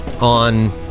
on